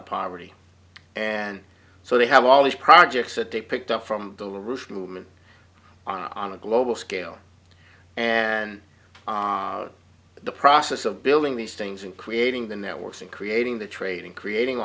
of poverty and so they have all these projects that they picked up from the roof movement on a global scale and the process of building these things and creating the networks and creating the training creating